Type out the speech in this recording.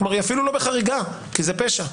היא אפילו לא בחריגה כי זה פשע.